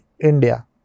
India